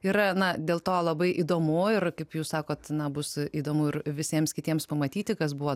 yra na dėl to labai įdomu ir kaip jūs sakot na bus įdomu ir visiems kitiems pamatyti kas buvo